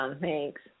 Thanks